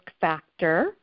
factor